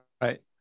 right